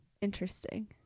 interesting